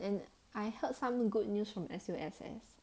and I heard some good news from S_U_S_S